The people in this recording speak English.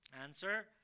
Answer